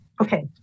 Okay